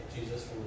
Jesus